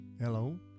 Hello